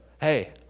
hey